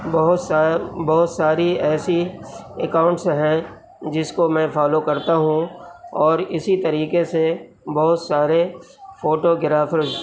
بہت سا ساری ایسی اکاؤنٹس ہیں جس کو میں فالو کرتا ہوں اور اسی طریقے سے بہت سارے فوٹوگرافرز